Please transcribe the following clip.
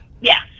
yes